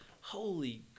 Holy